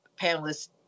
panelists